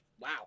Wow